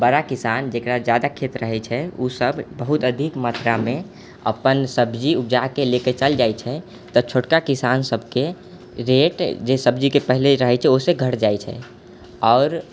बड़ा किसान जकरा ज्यादा खेत रहै छै ओ सभ बहुत अधिक मात्रामे अपन सब्जी उपजाकऽ लऽ कऽ चलि जाइ छै तऽ छोटका किसान सभके रेट जे सब्जीके पहिले रहै छै ओहिसँ घटि जाइ छै आओर